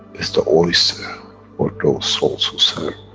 is the oyster for those souls who serve,